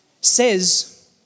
Says